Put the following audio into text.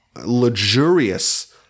luxurious